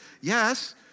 yes